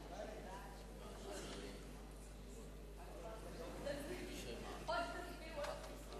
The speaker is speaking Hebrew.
ההצעה להעביר את הצעת חוק פיצוי וסיוע